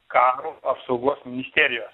karo apsaugos ministerijos